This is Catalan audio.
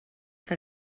que